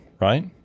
Right